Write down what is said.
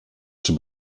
czy